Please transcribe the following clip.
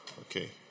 Okay